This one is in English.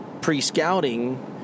pre-scouting